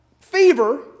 fever